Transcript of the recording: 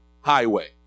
highway